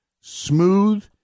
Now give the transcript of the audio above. smooth